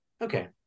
Okay